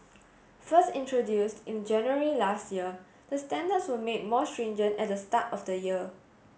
first introduced in January last year the standards were made more stringent at the start of the year